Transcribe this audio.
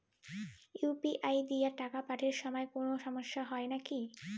UPI দিয়া টাকা পাঠের সময় কোনো সমস্যা হয় নাকি?